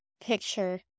picture